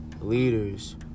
leaders